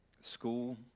school